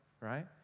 right